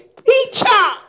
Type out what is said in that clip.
teacher